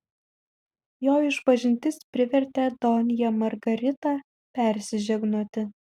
jo išpažintis privertė donją margaritą persižegnoti